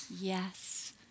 Yes